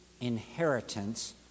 inheritance